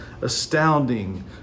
astounding